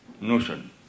notion